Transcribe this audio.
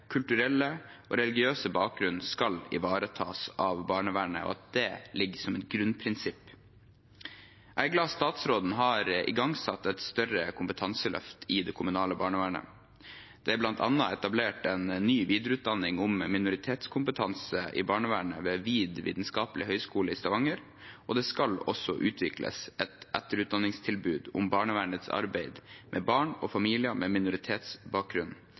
kulturelle og religiøse bakgrunn skal ivaretas av barnevernet, og at det ligger som et grunnprinsipp. Jeg er glad for at statsråden har igangsatt et større kompetanseløft i det kommunale barnevernet. Det er bl.a. etablert en ny videreutdanning om minoritetskompetanse i barnevernet ved VID vitenskapelige høgskole i Stavanger, og det skal også utvikles et etterutdanningstilbud om barnevernets arbeid med barn og familier med minoritetsbakgrunn,